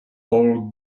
old